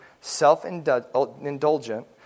self-indulgent